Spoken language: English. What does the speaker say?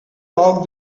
log